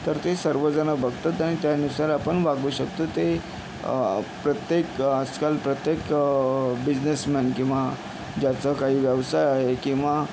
तर ते सर्वजण बघतात आणि त्यानुसार आपण वागू शकतो ते प्रत्येक आजकाल प्रत्येक बिजनेसमॅन किंवा ज्याचं काही व्यवसाय आहे किंवा